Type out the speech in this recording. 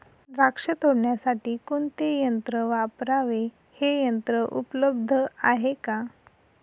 द्राक्ष तोडण्यासाठी कोणते यंत्र वापरावे? हे यंत्र उपलब्ध आहे का?